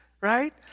right